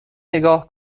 نگاه